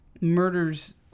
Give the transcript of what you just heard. murders